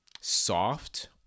soft